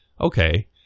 Okay